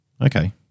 Okay